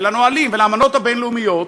לנהלים ולאמנות הבין-לאומיות,